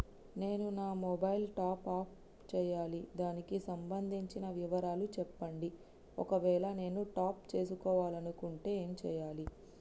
నేను నా mobile top up చేయాలి దానికి సంబంధించిన వివరాలు చెప్పండి ఒకవేళ నేను టాప్ చేసుకోవాలనుకుంటే ఏం చేయాలి?